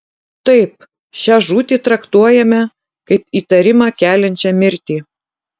taip šią žūtį traktuojame kaip įtarimą keliančią mirtį